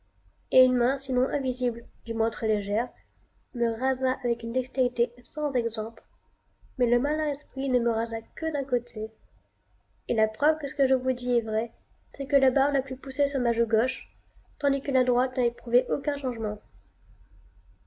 et une main sinon invisible du moins très légère me rasa avec une dextérité sans exemple mais le malin esprit ne me rasa que d'un côté et la preuve que ce que je vous dis est vrai c'est que la barbe n'a plus poussé sur ma joue gauche tandis que la droite n'a éprouvé aucun changement